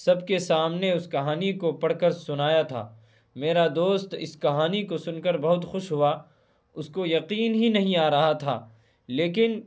سب کے سامنے اس کہانی کو پڑھ کر سنایا تھا میرا دوست اس کہانی کو سن کر بہت خوش ہوا اس کو یقین ہی نہیں آ رہا تھا لیکن